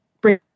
bring